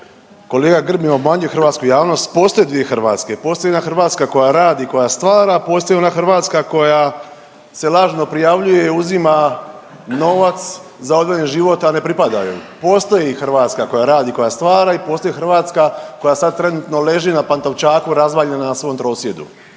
kolega Grbin obmanjuje hrvatsku javnost, postoje dvije Hrvatske, postoji jedna Hrvatska koja radi, koja stvara, postoji ona Hrvatska koja se lažno prijavljuje i uzima novac za odvojen život, a ne pripada joj. Postoji Hrvatska koja radi i koja stvara i postoji Hrvatska koja sad trenutno leži na Pantovčaku razvaljena na svom trosjedu.